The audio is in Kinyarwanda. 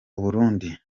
uburundi